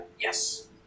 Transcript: Yes